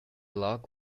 log